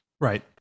right